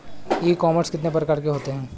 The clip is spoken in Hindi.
ई कॉमर्स कितने प्रकार के होते हैं?